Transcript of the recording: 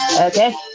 Okay